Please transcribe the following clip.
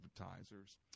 advertisers